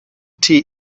tea